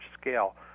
scale